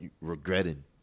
regretting